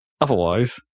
Otherwise